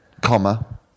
comma